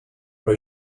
però